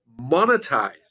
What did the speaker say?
monetize